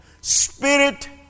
Spirit